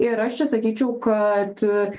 ir aš čia sakyčiau kad